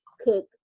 cook